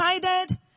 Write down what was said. decided